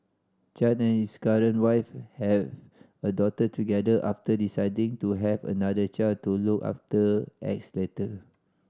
Chan and his current wife have a daughter together after deciding to have another child to look after X later